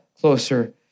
closer